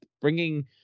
bringing